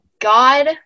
God